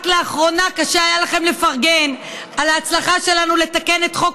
רק לאחרונה קשה היה לכם לפרגן על ההצלחה שלנו לתקן את חוק